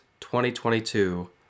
2022